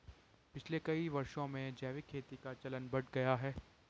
पिछले कई वर्षों में जैविक खेती का चलन बढ़ गया है